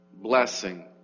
blessing